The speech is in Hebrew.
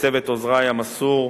ולצוות עוזרי המסור,